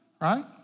Right